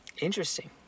interesting